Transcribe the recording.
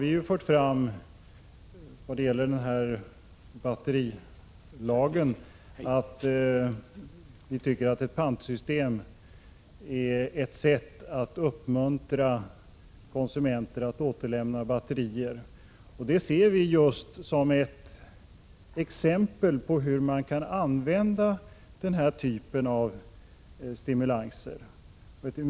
Vi har framfört att ett pantsystem är ett sätt att uppmuntra konsumenter att återlämna batterier. Det ser vi som ett mycket bra exempel på hur man kan använda stimulanser.